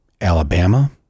Alabama